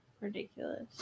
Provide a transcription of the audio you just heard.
ridiculous